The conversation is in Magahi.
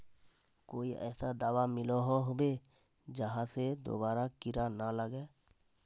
कोई ऐसा दाबा मिलोहो होबे जहा से दोबारा कीड़ा ना लागे?